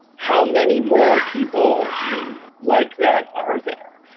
how many more people like that are there?